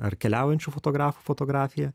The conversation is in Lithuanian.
ar keliaujančių fotografų fotografija